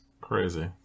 Crazy